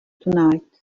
tonight